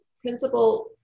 principal